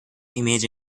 image